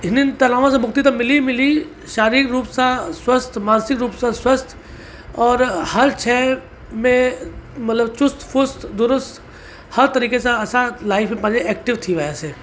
हिननि तनावनि सां मुक्ति त मिली मिली शारीरिक रूप सां स्वस्थ्य मानिसिक रूप सां स्वस्थ्य और हर शइ में मतलबु चुस्त फ़ुस्त दुरुस्त हर तरीक़े सां असां लाइफ़ पंहिंजे एक्टिव थी वियासीं